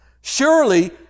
Surely